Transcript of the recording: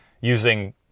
using